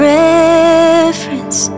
reference